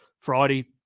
Friday